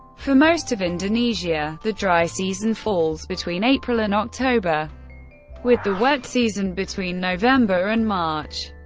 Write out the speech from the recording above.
for most of indonesia, the dry season falls between april and october with the wet season between november and march.